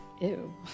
ew